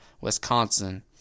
Wisconsin